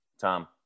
Tom